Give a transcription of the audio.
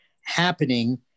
happening